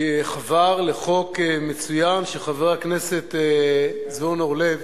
שחבר לחוק מצוין שחבר הכנסת זבולון אורלב